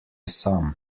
sam